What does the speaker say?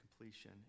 completion